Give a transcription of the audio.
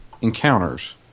encounters